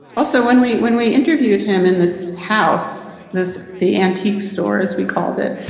also, when we when we interviewed him in this house, this the antique store, as we called it,